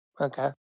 Okay